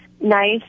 nice